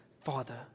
Father